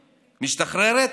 משתחררת,